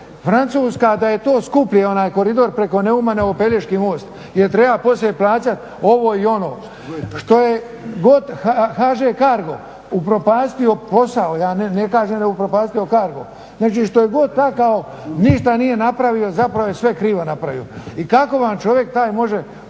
Francuz kada je to skuplji onaj koridor preko Neuma nego Pelješki most jer treba poslije plaćati ovo i ono. Što je god, HŽ CARGO upropastio posao, ja ne kažem da je upropastio CARGO, znači što je god takao, ništa nije napravio, zapravo je sve krivo napravio. I kako vam čovjek taj može